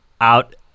out